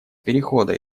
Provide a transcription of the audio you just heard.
перехода